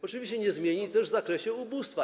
Oczywiście nie zmieni też w zakresie ubóstwa.